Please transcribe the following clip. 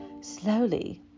slowly